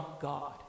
God